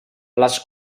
les